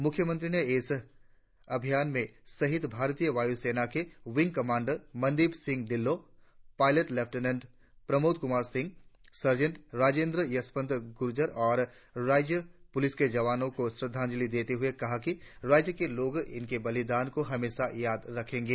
मुख्यमंत्री ने इस अभियान में शहीद भारतीय वायु सेना के wing commander Mandeep Singh Dhillon flight lieutenant Pramod Kumar Singh sergeant Rajendra Yashwant Gurjar और राज्य पुलिस के जवानों को श्रंद्वांजलि देते हुए कहा कि राज्य के लोग इनके बलिदान को हमेशा याद रखेंगे